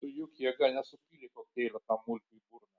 tu juk jėga nesupylei kokteilio tam mulkiui į burną